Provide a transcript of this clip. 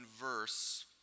verse